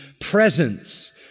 presence